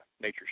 nature